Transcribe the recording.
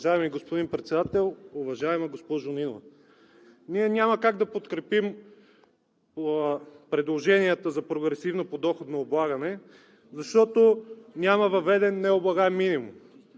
Уважаеми господин Председател, уважаема госпожо Нинова! Ние няма как да подкрепим предложенията за прогресивно подоходно облагане, защото няма въведен необлагаем минимум,